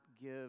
give